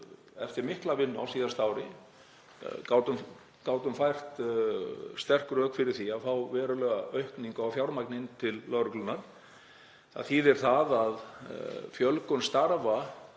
eftir mikla vinnu á síðasta ári, gátum fært sterk rök fyrir því að fá verulega aukningu á fjármagni til lögreglunnar. Það þýðir fjölgun starfa